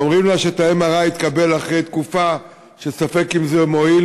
ואומרים לה שאת התור ל-MRI היא תקבל אחרי תקופה שספק אם זה יועיל,